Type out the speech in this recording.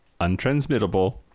untransmittable